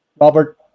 Robert